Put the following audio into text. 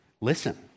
listen